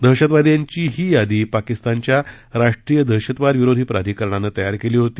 दहशतवाद्यांची ही यादी पाकिस्तानच्या राष्ट्रीय दहशतवादविरोधी प्राधिकरणानं तयार केली होती